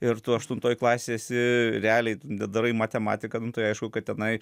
ir tu aštuntoj klasėj esi realiai darai matematiką nu tai aišku kad tenai